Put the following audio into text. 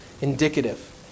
indicative